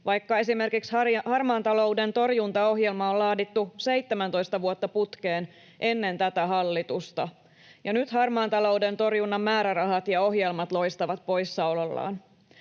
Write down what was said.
vaikka esimerkiksi harmaan talouden torjuntaohjelma on laadittu 17 vuotta putkeen ennen tätä hallitusta. Nyt harmaan talouden torjunnan määrärahat ja ohjelmat loistavat poissaolollaan.